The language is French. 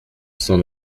cent